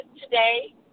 today